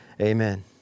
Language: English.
Amen